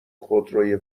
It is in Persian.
خودروی